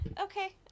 Okay